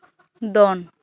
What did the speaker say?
ᱫᱚᱱ